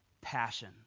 passion